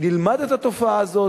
נלמד את התופעה הזאת,